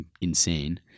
insane